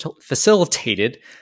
facilitated